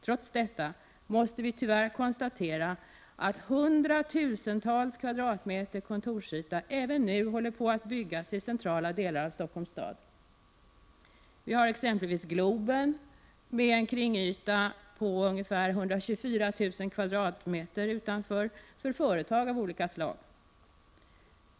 Trots detta måste vi tyvärr konstatera att hundratusentals kvadratmeter kontorsyta även nu håller på att byggas i centrala delar av Stockholms stad. Vi har exempelvis Globen med kringyta på 124 000 m? för företag av olika slag.